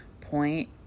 point